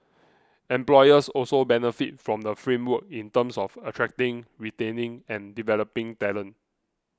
employers also benefit from the framework in terms of attracting retaining and developing talent